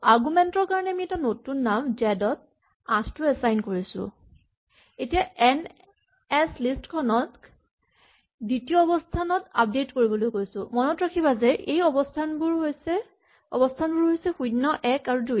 argument ৰ কাৰণে আমি এটা নতুন নাম জেড ত ৮ টো এচাইন কৰিছো এতিয়া এন এচ লিষ্ট খনক দ্বিতীয় অৱস্হানত আপডেট কৰিবলৈ কৈছো মনত ৰাখিবা যে অৱস্হানবোৰ হৈছে শূণ্য এক দুই